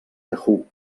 yahoo